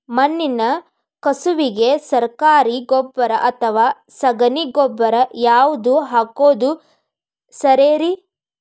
ಮಣ್ಣಿನ ಕಸುವಿಗೆ ಸರಕಾರಿ ಗೊಬ್ಬರ ಅಥವಾ ಸಗಣಿ ಗೊಬ್ಬರ ಯಾವ್ದು ಹಾಕೋದು ಸರೇರಿ?